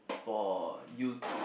for you to